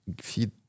feed